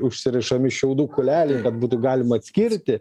užsirišami šiaudų kūleliai kad būtų galima atskirti